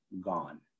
gone